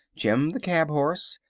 jim the cab-horse,